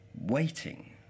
waiting